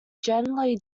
generally